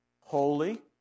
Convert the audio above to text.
Holy